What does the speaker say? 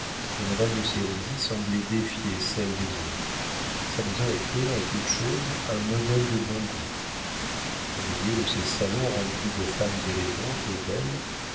et madame de sérizy semblait défier celle des autres sa maison était en toute chose un modèle de bon goût au milieu de ces salons remplis de femmes élégantes et belles